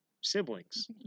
siblings